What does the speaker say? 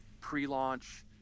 pre-launch